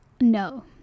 no